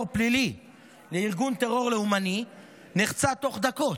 פלילי לארגון טרור לאומני נחצה תוך דקות,